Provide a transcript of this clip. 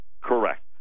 correct